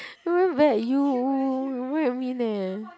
you very bad you what you mean eh